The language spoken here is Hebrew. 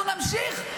אנחנו נמשיך,